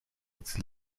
its